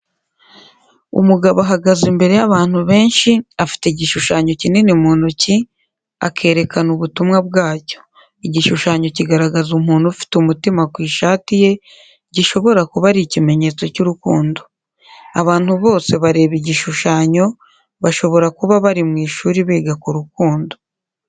Umugabo ahagaze imbere y'abantu benshi, afite igishushanyo kinini mu ntoki, akerekana ubutumwa bwacyo. Igishushanyo kigaragaza umuntu ufite umutima ku ishati ye, gishobora kuba ari ikimenyetso cy'urukundo. Abantu bose bareba igishushanyo, bashobora kuba bari mu ishuri biga ku rukundo.